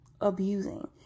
abusing